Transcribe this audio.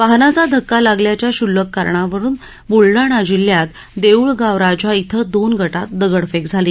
वाहनाचा धक्का लागल्याच्या क्षुल्लक कारणावरून बुलडाणा जिल्ह्यात देऊळगावराजा इथं दोन ग ति दगडफेक झाली